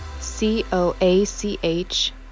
C-O-A-C-H